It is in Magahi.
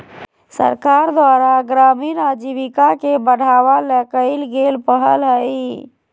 सरकार द्वारा ग्रामीण आजीविका के बढ़ावा ले कइल गेल पहल हइ